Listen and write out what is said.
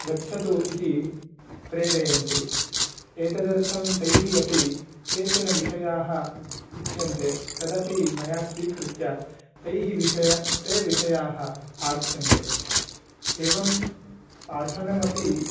गच्छतु इति प्रेरयन्ति एतदर्थं तैः अपि केचन विषयाः उच्यन्ते तदपि मया स्वीकृत्य तैः विषयैः ते विषयाः पाठ्यन्ते एवं पाठनमपि